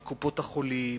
מקופות-החולים,